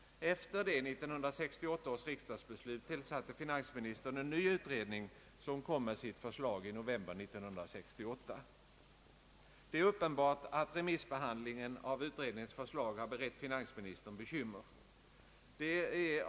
Efter 1968 års beslut tillsatte finansministern en ny utredning, som framlade sitt förslag i november 1968. Det är uppenbart att remissbehandlingen av utredningens förslag har berett finansministern bekymmer.